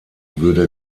würde